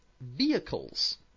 vehicles